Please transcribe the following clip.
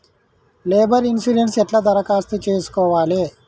Labour insurance ఎట్ల దరఖాస్తు చేసుకోవాలే?